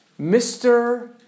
Mr